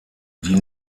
die